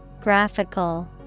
Graphical